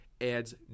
adds